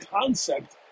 concept